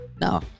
no